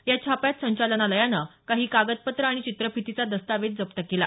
या छाप्यात संचालनालयानं काही कागदपत्रं आणि चित्रफितीचा दस्तावेज जप्त केला